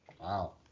Wow